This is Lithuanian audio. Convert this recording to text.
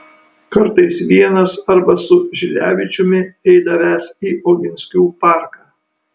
kartais vienas arba su žilevičiumi eidavęs į oginskių parką